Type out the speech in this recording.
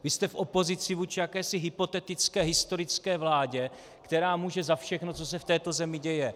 Vy jste v opozici vůči jakési hypotetické historické vládě, která může za všechno, co se v této zemi děje.